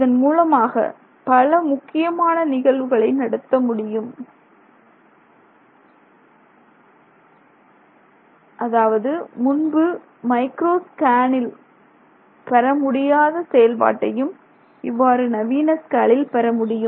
இதன் மூலமாக பல முக்கியமான நிகழ்வுகளை நடத்த முடியும் அதாவது முன்பு மைக்ரோ ஸ்கேலில் பெறாத செயல்பாட்டையும் இப்போது நானோ ஸ்கேலில் பெறமுடியும்